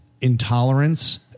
intolerance